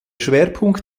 schwerpunkt